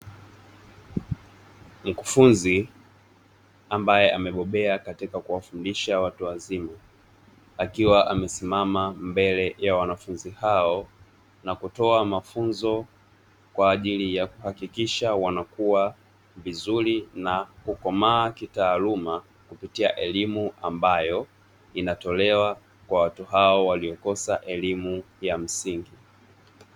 Mkufunzi ambaye amebobea matika kuwafundisha watu wazima, akiwa amesimama mbele ya wanafunzi hao na kutoa mafunzo kwa ajili ya kuhakikisha wanakua vizuri na kukomaa kitaaluma, kupitia elimu ambayo inatolewa kwa watu hao waliokosa elimu ya msingi.